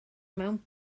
mewn